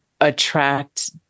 attract